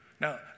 Now